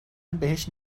بهش